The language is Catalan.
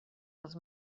dels